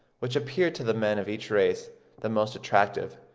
which appear to the men of each race the most attractive,